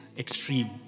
extreme